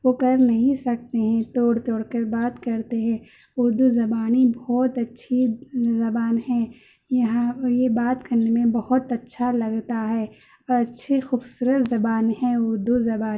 وہ کر نہیں سکتے ہیں توڑ توڑ کر بات کرتے ہیں اردو زبانی بہت اچّھی زبان ہے یہاں یہ بات کرنے میں بہت اچّھا لگتا ہے اور اچّھی خوبصورت زبان ہے اردو زبانی